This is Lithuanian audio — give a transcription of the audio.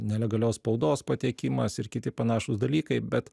nelegalios spaudos patekimas ir kiti panašūs dalykai bet